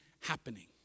happening